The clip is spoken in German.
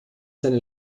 seine